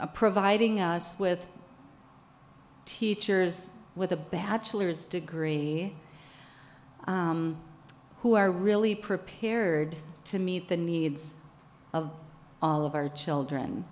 be providing us with teachers with a bachelor's degree who are really prepared to meet the needs of all of our children